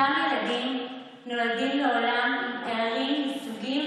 אותם ילדים נולדים לעולם עם פערים מסוגים